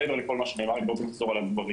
מעבר לכל מה שנאמר ואני לא אחזור על הדברים.